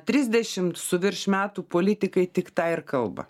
trisdešimt su virš metų politikai tik tą ir kalba